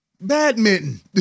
badminton